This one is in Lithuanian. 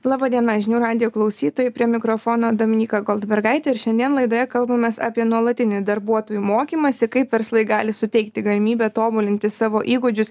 laba diena žinių radijo klausytojai prie mikrofono dominyka goldbergaitė ir šiandien laidoje kalbamės apie nuolatinį darbuotojų mokymąsi kaip verslai gali suteikti galimybę tobulinti savo įgūdžius